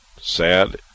Sad